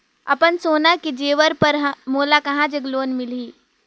अपन सोना के जेवर पर मोला कहां जग लोन मिलही?